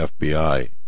FBI